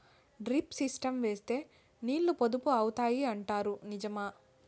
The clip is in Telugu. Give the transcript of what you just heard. డ్రిప్ సిస్టం వేస్తే నీళ్లు పొదుపు అవుతాయి అంటారు నిజమా?